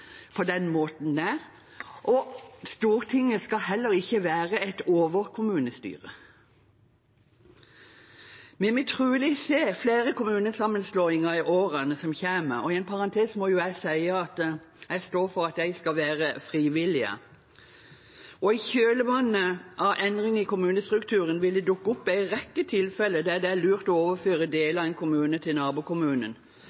på den måten. Stortinget skal heller ikke være et over-kommunestyre. Vi vil trolig se flere kommunesammenslåinger i årene som kommer, og i parentes må jeg si at jeg står for at de skal være frivillige. I kjølvannet av endringer i kommunestrukturen vil det dukke opp en rekke tilfeller der det er lurt å overføre